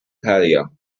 patio